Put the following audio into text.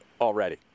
already